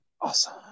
awesome